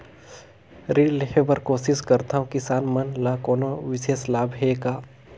ऋण लेहे बर कोशिश करथवं, किसान मन ल कोनो विशेष लाभ हे का?